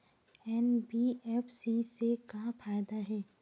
NBFC से का फ़ायदा हे?